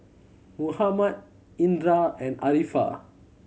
Muhammad Indra and Arifa